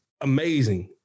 amazing